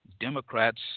Democrats